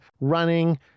running